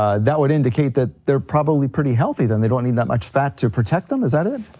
ah that would indicate that they're probably pretty healthy then, they don't need that much fat to protect them, is that it?